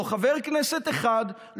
לא חבר כנסת אחד,